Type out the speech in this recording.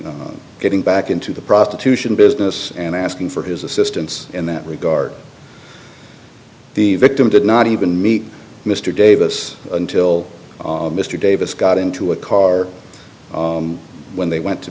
getting back into the prostitution business and asking for his assistance in that regard the victim did not even meet mr davis until mr davis got into a car when they went to